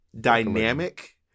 dynamic